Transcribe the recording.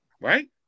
right